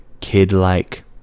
kid-like